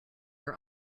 are